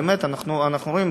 אנחנו רואים,